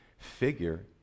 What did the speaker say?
figure